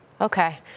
Okay